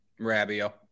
Rabio